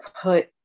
put